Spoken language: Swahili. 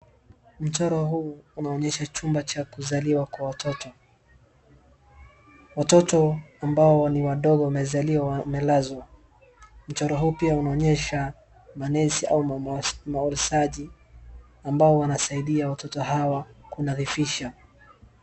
Mchoro huu unaonyesha chumba cha kuzaliwa kwa watoto. Watoto ambao ni wadogo wamezaliwa wamelazwa. Mchoro huu pia unaonyesha manesi au maholesaji ambao wanasaidia watoto hawa kunadhifisha.